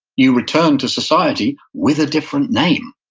you return to society with a different name.